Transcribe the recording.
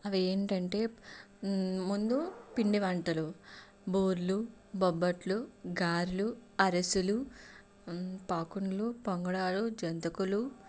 అవి ఏంటంటే ముందు పిండివంటలు బూరెలు బొబ్బట్లు గారెలు అరిసెలు పాకున్లు పొంగనాలు జంతికలు